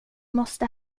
måste